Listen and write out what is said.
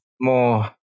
more